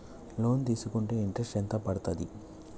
Loan తీస్కుంటే interest ఎంత పడ్తది?